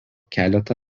keletą